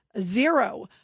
zero